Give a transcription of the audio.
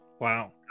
wow